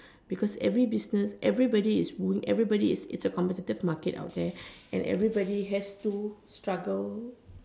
because every business everybody is wooing everybody it's it's a competitive market out there okay and everybody has to struggle